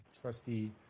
trustee